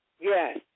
Yes